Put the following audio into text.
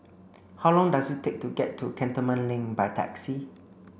how long does it take to get to Cantonment Link by taxi